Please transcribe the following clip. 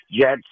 Jets